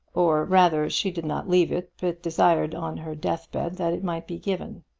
or rather, she did not leave it, but desired on her death-bed that it might be given.